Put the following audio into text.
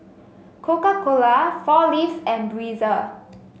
Coca Cola Four Leaves and Breezer